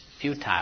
futile